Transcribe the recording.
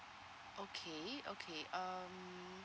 okay okay um